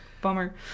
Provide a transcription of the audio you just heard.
Bummer